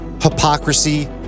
Hypocrisy